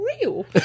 real